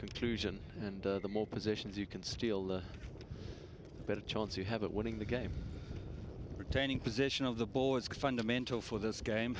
conclusion and the more positions you can steal the better chance you have at winning the game pertaining position of the boards fundamental for this game